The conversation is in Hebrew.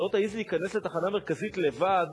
שלא תעז להיכנס לתחנה המרכזית לבד.